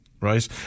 right